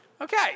Okay